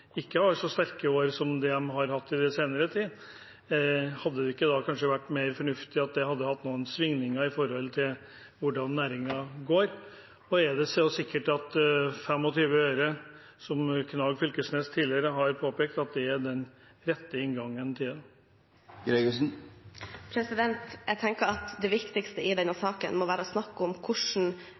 ikke har så sterke år som det den har hatt i den senere tid? Hadde det ikke kanskje vært mer fornuftig at en hadde hatt noen svingninger i forhold til hvordan næringen går? Og er det så sikkert at 25 øre – som Knag Fylkesnes tidligere har påpekt – er den rette inngangen til det? Jeg tenker at det viktigste i denne saken må være å snakke om hvordan